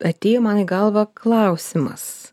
atėjo man į galvą klausimas